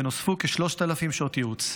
ונוספו כ-3,000 שעות ייעוץ.